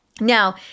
Now